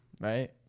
right